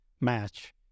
match